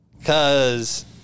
Cause